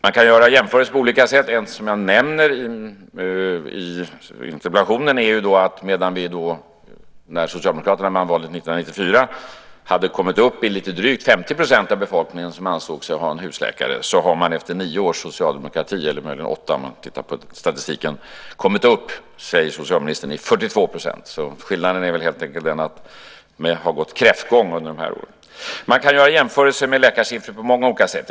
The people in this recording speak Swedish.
Man kan göra jämförelser på olika sätt. Ett som jag nämner i interpellationen är att medan vi när Socialdemokraterna vann valet 1994 hade kommit upp i lite drygt 50 % av befolkningen som ansåg sig ha en husläkare, har man efter nio års socialdemokrati, eller möjligen åtta om man tittar på statistiken, kommit upp i 42 %, som socialministern säger. Skillnaden är väl helt enkelt den att man har gått kräftgång under de här åren. Man kan göra jämförelser av läkarsiffror på många olika sätt.